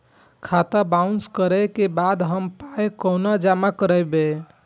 खाता बाउंस करै के बाद हम पाय कोना जमा करबै?